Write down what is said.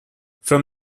from